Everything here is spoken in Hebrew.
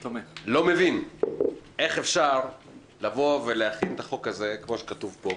לא מבין איך אפשר להחיל את החוק כפי שכתוב פה,